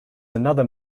another